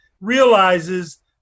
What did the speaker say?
realizes